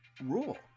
rule